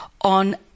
On